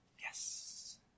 Yes